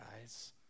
guys